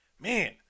man